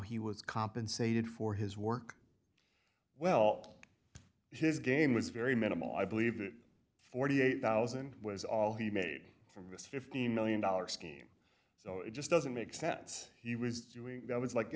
he was compensated for his work well his game was very minimal i believe that forty eight thousand was all he made from this fifteen million dollars scheme so it just doesn't make sense he was doing that was like you